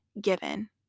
given